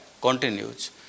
continues